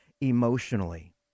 emotionally